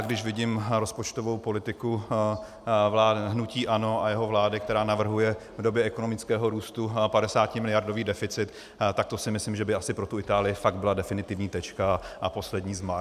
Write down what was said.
Když vidím rozpočtovou politiku hnutí ANO a jeho vlády, která navrhuje v době ekonomického růstu 50miliardový deficit, tak to si myslím, že by asi pro tu Itálii fakt byla definitivní tečka a poslední zmar.